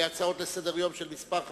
כהצעות לסדר-היום של כמה חברים.